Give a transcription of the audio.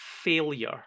failure